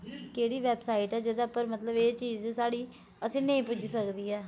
केह्ड़ी वेबसाइट ऐ जेह्दे उप्पर मतलब एह् चीज साढ़ी असेंई नेईं पुज्जी सकदी ऐ